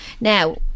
Now